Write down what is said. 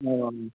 औ औ